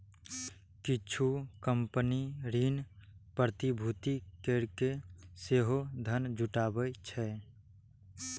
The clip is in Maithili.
किछु कंपनी ऋण प्रतिभूति कैरके सेहो धन जुटाबै छै